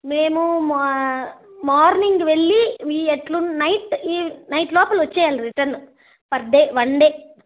మేము మ మార్నింగ్ వెళ్ళి వీ ఎలా ఉన్నా నైట్ ఈవ్ నైట్ లోపల వచ్చేయాలి పర్ డే వన్ డే